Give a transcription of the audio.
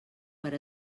per